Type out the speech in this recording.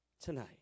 tonight